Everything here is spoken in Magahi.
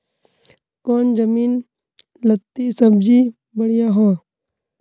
कौन जमीन लत्ती सब्जी बढ़िया हों?